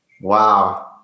Wow